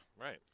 right